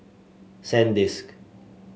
Sandisk